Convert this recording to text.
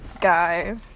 guy